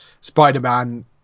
spider-man